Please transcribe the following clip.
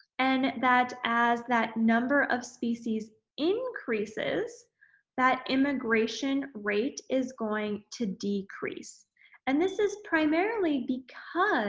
and that as that number of species increases that immigration rate is going to decrease and this is primarily because